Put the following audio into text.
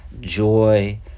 joy